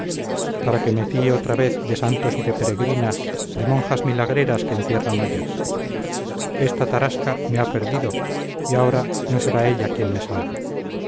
para que me fíe otra vez de santos y de peregrinas de monjas milagreras que entierran ollas esta tarasca me ha perdido y ahora no será ella quien me salve